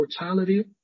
mortality